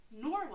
Norway